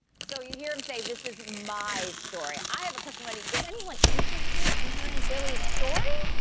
so you hear him say, this is my story. i have a question, wendy, is anyone interested in hearing billy's story?